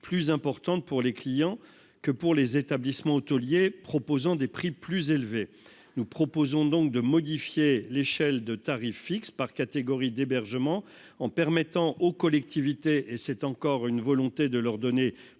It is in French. plus importantes pour les clients que pour les établissements hôteliers proposant des prix plus élevés, nous proposons donc de modifier l'échelle de tarif fixe par catégories d'hébergement en permettant aux collectivités et c'est encore une volonté de leur donner